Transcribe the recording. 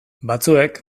batzuek